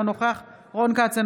אינו נוכח רון כץ,